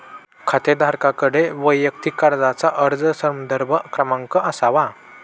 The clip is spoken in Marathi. खातेदाराकडे वैयक्तिक कर्जाचा अर्ज संदर्भ क्रमांक असावा